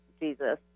Jesus